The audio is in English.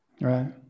right